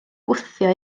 gwthio